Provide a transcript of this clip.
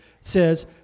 says